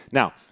Now